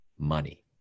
money